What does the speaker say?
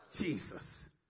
Jesus